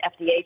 FDA